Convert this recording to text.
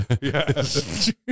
Yes